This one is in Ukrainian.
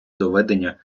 доведення